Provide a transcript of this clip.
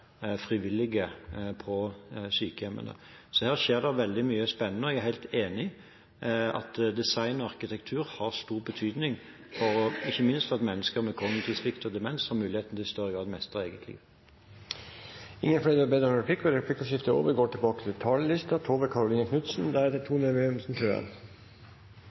frivillige på sykehjemmene. Så her skjer det veldig mye spennende. Jeg er helt enig i at design og arkitektur har stor betydning, ikke minst for at mennesker med kognitiv svikt og demens skal ha mulighet til i større grad å mestre eget